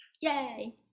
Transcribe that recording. yay